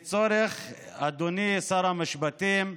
יש צורך, אדוני שר המשפטים,